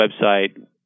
website